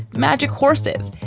magic horses,